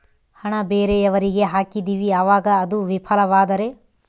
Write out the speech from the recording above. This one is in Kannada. ಹಣ ಬೇರೆಯವರಿಗೆ ಹಾಕಿದಿವಿ ಅವಾಗ ಅದು ವಿಫಲವಾದರೆ?